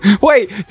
Wait